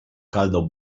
caldo